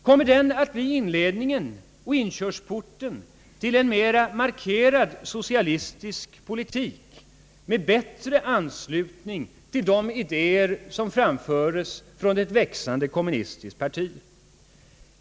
Kommer den att bli inledningen och inkörsporten till en mera markerad socialistisk politik med en anslutning till de idéer som framföres från ett växande kommunistiskt parti?